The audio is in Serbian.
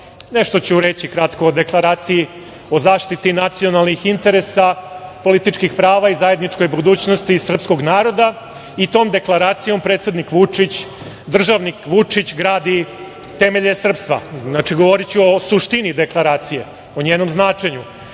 vam. Nešto ću reći kratko o deklaraciji o zaštiti nacionalnih interesa, političkih prava i zajedničkoj budućnosti srpskog naroda i tom deklaracijom predsednik Vučić, državnik Vučić gradi temelje srpstva. Znači, govoriću o suštini deklaracije, o njenom značenju. Dakle,